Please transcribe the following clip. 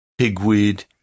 pigweed